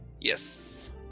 yes